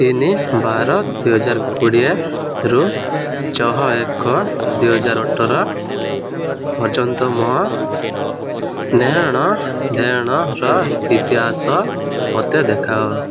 ତିନି ବାର ଦୁଇହଜାର କୋଡ଼ିଏରୁ ଚହଁ ଏକ ଦୁଇହଜାର ଅଠର ପର୍ଯ୍ୟନ୍ତ ମୋ ନେଣ ଦେଣର ଇତିହାସ ମୋତେ ଦେଖାଅ